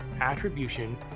attribution